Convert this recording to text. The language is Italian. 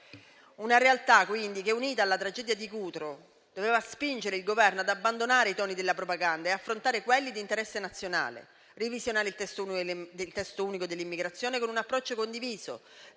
una realtà quindi che, unita alla tragedia di Cutro, doveva spingere il Governo ad abbandonare i toni della propaganda e affrontare quelli d'interesse nazionale; a revisionare il testo unico dell'immigrazione con un approccio condiviso,